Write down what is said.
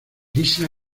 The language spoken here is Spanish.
lisa